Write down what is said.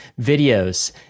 videos